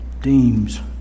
deems